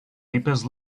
deepest